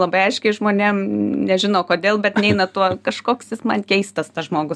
labai aiškiai žmonėm nežino kodėl bet neina tuo kažkoks jis man keistas tas žmogus